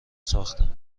ساختم